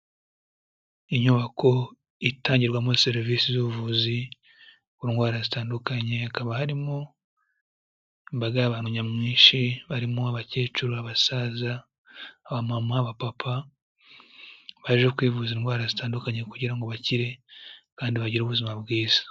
Inyubako itangirwamo serivisi z'ubuvuzi ku ndwara zitandukanye, hakaba harimo imbaga y'abantu nyamwinshi barimo abakecuru, abasaza, abamama, abapapa baje kwivuza indwara zitandukanye kugira ngo bakire kandi bagire ubuzima bwiza.